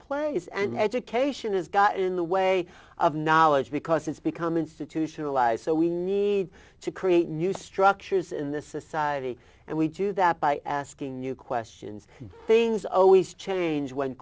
place and education has got in the way way of knowledge because it's become institutionalized so we need to create new structures in the society and we do that by asking you questions things always change when